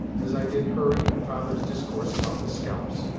as i did hurry and father's discourse about the scalps.